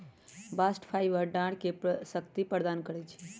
bast fibre डांरके शक्ति प्रदान करइ छै